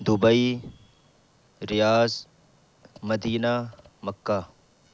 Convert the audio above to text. Dubai Riyadh Medina Mecca